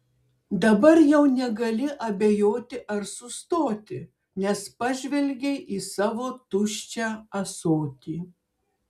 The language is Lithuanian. dabar jau negali abejoti ar sustoti nes pažvelgei į savo tuščią ąsotį